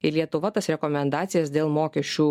ir lietuva tas rekomendacijas dėl mokesčių